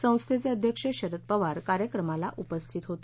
संस्थेचे अध्यक्ष शरद पवार कार्यक्रमाला उपस्थित होते